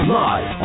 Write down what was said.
live